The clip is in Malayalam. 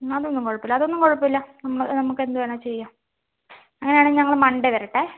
അത് ഒന്നും കുഴപ്പം ഇല്ല അത് ഒന്നും കുഴപ്പം ഇല്ല നമ്മൾ നമുക്ക് എന്ത് വേണേ ചെയ്യാം അങ്ങനെ ആണെ ഞങ്ങൾ മൺഡേ വരട്ടെ